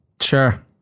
Sure